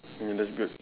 I mean that's good